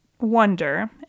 wonder